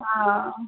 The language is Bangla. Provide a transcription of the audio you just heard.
ও